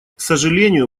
сожалению